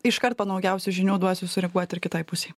iš karto po naujausių žinių duos sureaguot ir kitai pusei